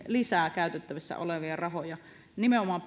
lisää käytettävissä olevia rahoja nimenomaan